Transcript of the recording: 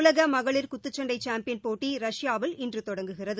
உலக மகளிர் குத்துசன்டை சாம்பியன் போட்டி ரஷ்யாவில் இன்று தொடங்குகிறது